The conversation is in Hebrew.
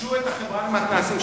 ייבשו את החברה למתנ"סים,